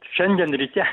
šiandien ryte